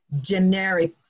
generic